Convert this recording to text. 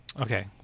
Okay